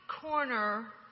corner